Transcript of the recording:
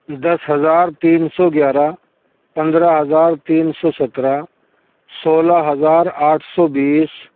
دس ہزار تین سو گیارہ پندرہ ہزار تین سو سترہ سولہ ہزار آٹھ سو بیس